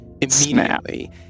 Immediately